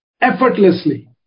effortlessly